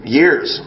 years